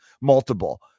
multiple